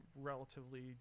relatively